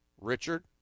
Richard